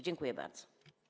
Dziękuję bardzo.